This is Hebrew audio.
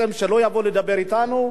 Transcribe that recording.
שלא יבואו לדבר אתנו,